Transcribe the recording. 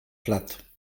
platt